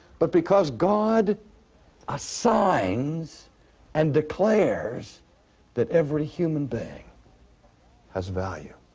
but because god assigns and declares that every human being has value,